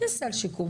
יש סל שיקום.